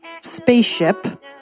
spaceship